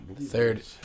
Third